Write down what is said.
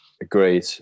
Agreed